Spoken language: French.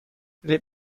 les